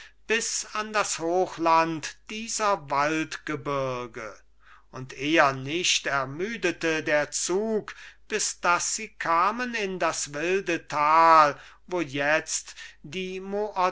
bis an das hochland dieser waldgebirge und eher nicht ermüdete der zug bis dass sie kamen in das wilde tal wo jetzt die